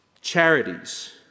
charities